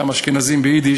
גם אשכנזים ביידיש,